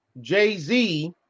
Jay-Z